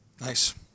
Nice